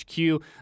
HQ